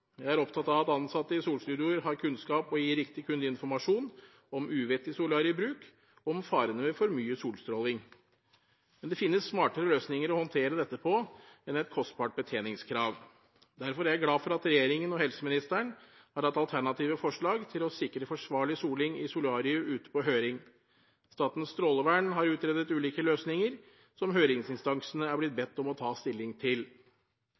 Jeg er opptatt av at ansatte i solstudioer har kunnskap og gir riktig kundeinformasjon om uvettig solariebruk og om farene ved for mye solstråling. Men det finnes smartere løsninger å håndtere dette på enn et kostbart betjeningskrav. Derfor er jeg glad for at regjeringen og helseministeren har hatt alternative forslag til å sikre forsvarlig soling i solarier ute på høring. Statens strålevern har utredet ulike løsninger, som høringsinstansene er blitt bedt om å ta stilling til.